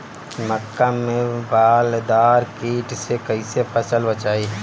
मक्का में बालदार कीट से कईसे फसल के बचाई?